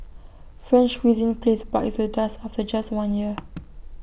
French cuisine place bites the dust after just one year